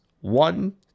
one